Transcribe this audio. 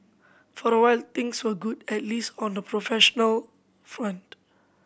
for a while things were good at least on the professional front